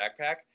backpack